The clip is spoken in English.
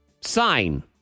sign